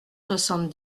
soixante